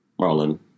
Marlon